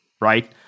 right